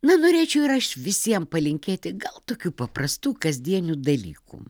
na norėčiau ir aš visiem palinkėti gal tokių paprastų kasdienių dalykų